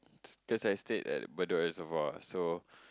cause I stayed at bedok reservoir so